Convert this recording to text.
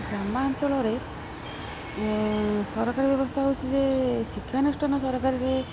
ଗ୍ରାମାଞ୍ଚଳରେ ସରକାରୀ ବ୍ୟବସ୍ଥା ହେଉଛି ଯେ ଶିକ୍ଷାନୁଷ୍ଠାନ ସରକାରୀରେ